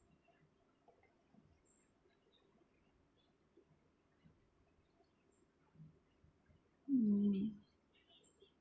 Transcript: mm